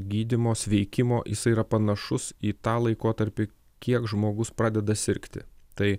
gydymo sveikimo jisai yra panašus į tą laikotarpį kiek žmogus pradeda sirgti tai